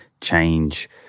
change